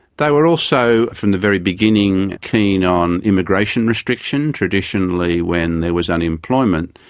they were also, from the very beginning, keen on immigration restriction. traditionally when there was unemployment,